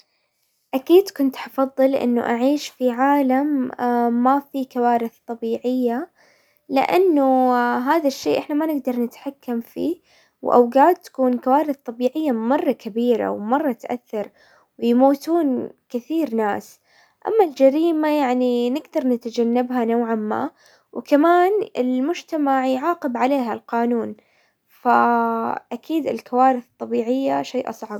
اكيد كنت حفضل انه اعيش في عالم ما في كوارث طبيعية، لانه هذا الشيء احنا ما نقدر نتحكم فيه واوقات تكون كوارث طبيعية مرة كبيرة ومرة تأثر ويموتون كثير ناس، اما الجريمة يعني نقدر نتجنبها نوعا ما، وكمان المجتمع يعاقب عليها القانون. اكيد الكوارث الطبيعية شيء اصعب.